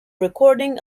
recording